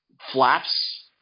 flaps